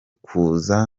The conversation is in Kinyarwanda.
kuza